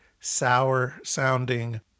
sour-sounding